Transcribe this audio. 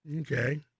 Okay